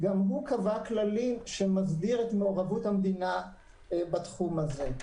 גם הוא קבע כללים שמסדירים את מעורבות המדינה בתחום הזה.